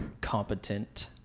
competent